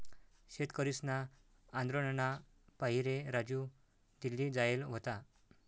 शेतकरीसना आंदोलनना पाहिरे राजू दिल्ली जायेल व्हता